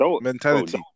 mentality